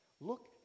Look